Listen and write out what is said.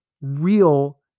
real